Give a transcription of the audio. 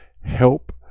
help